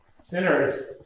Sinners